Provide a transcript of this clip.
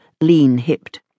lean-hipped